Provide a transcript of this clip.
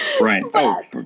Right